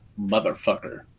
motherfucker